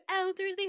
elderly